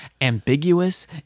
ambiguous